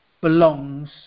belongs